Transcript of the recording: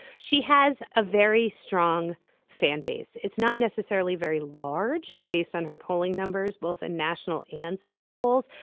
she has a very strong fan base. it's not necessarily very large based on her polling numbers both in national and state polls.